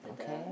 Okay